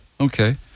Okay